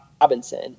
Robinson